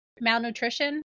malnutrition